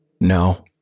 No